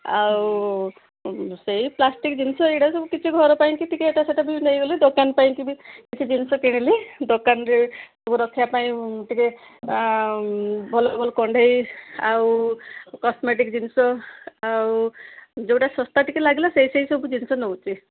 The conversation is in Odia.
ଆଉ ସେଇ ପ୍ଲାଷ୍ଟିକ୍ ଜିନିଷ ଏଇଟା ସବୁ କିଛି ଘର ପାଇଁକି ଟିକେ ଏଇଟା ସେଇଟା ବି ନେଇଗଲେ ଦୋକାନ ପାଇଁକି ବି କିଛି ଜିନିଷ କିଣିଲି ଦୋକାନରେ ସବୁ ରଖିବା ପାଇଁ ଟିକେ ଭଲ ଭଲ କଣ୍ଢେଇ ଆଉ କସମେଟିକ୍ ଜିନିଷ ଆଉ ଯେଉଁଟା ଶସ୍ତା ଟିକେ ଲାଗିଲା ସେଇ ସେଇ ସବୁ ଜିନିଷ ନଉଛି